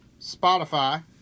Spotify